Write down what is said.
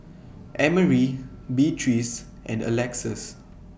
Emery Beatriz and Alexus